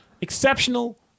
exceptional